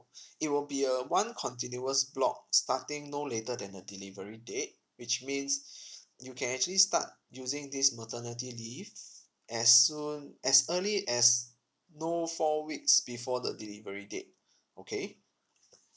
it will be a one continuous block starting no later than the delivery date which means you can actually start using this maternity leave as soon as early as known four weeks before the delivery date okay